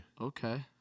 Okay